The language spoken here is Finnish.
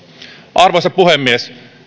arvoisa puhemies